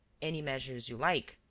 any measures you like.